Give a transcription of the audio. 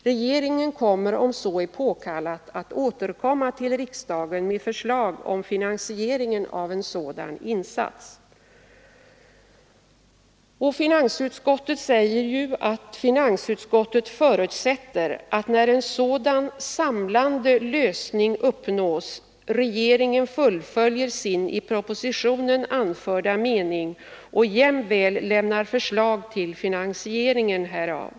Regeringen kommer, om så är påkallat, att återkomma till riksdagen med förslag om finansieringen av en sådan insats.” Finansutskottet förutsätter ju att ”när en sådan samlande lösning uppnås, regeringen fullföljer sin i propositionen anförda mening och jämväl lämnar förslag till finansieringen härav”.